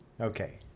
Okay